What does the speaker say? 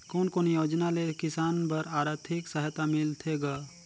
कोन कोन योजना ले किसान बर आरथिक सहायता मिलथे ग?